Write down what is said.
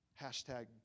hashtag